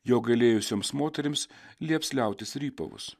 jo gailėjusioms moterims lieps liautis rypavus